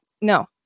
no